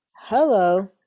Hello